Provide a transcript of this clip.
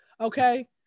Okay